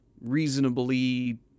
reasonably